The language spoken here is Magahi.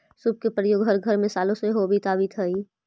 सूप के प्रयोग हर घर में सालो से होवित आवित हई